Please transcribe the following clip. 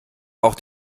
auch